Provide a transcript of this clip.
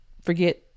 forget